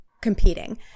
competing